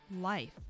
life